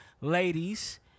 Ladies